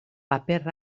paper